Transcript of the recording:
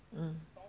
ah